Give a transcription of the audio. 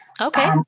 Okay